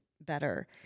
better